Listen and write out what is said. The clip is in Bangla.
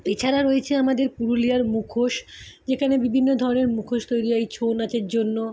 এছাড়া রয়েছে আমাদের পুরুলিয়ার মুখোশ যেকানে বিভিন্ন ধরনের মুখোশ তৈরী হয় এই ছৌ নাচের জন্য